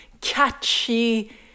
catchy